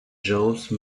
jose